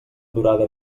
durada